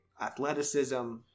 athleticism